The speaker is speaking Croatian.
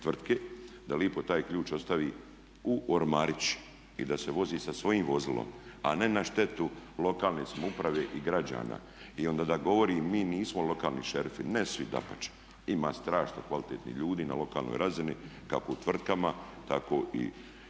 da lijepo taj ključ ostavi u ormarić i da se vozi sa svojim vozilom a ne na štetu lokalne samouprave i građana. I onda da govori mi nismo lokalni šerifi. Ne svi, dapače, ima strašno kvalitetnih ljudi na lokalnoj razini, kako u tvrtkama tako i na